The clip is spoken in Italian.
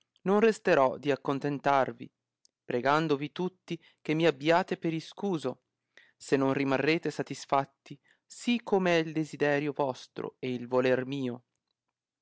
non resterò di accontentarvi pregandovi tutti che mi abbiate per iscuso se non rimarrete satisfatti sì come è il desiderio vostro e il voler mio